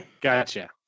gotcha